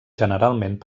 generalment